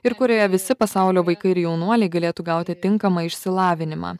ir kurioje visi pasaulio vaikai ir jaunuoliai galėtų gauti tinkamą išsilavinimą